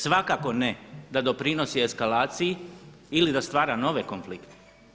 Svakako ne da doprinosi eskalaciji ili da stvara nove konflikte.